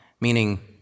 meaning